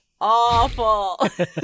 awful